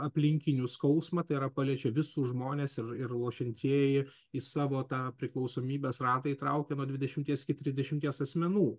aplinkinių skausmą tai yra paliečia visus žmones ir ir lošiantieji į savo tą priklausomybės ratą įtraukia nuo dvidešimties iki trisdešimties asmenų